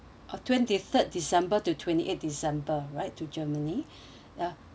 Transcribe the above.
uh twenty third december to twenty eight december right to germany ya